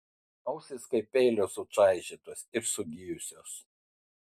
ausys kaip peilio sučaižytos ir sugijusios